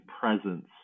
presence